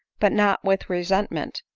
but not with re sentment,